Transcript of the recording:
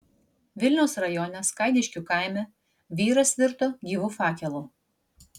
vilniaus rajone skaidiškių kaime vyras virto gyvu fakelu